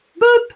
boop